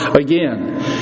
again